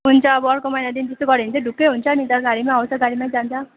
हुन्छ अब अर्को महिनादेखि चाहिँ गऱ्यो भने चाहिँ ढुक्कै हुन्छ नि त गाडीमै आउँछ गाडीमै जान्छ